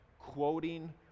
quoting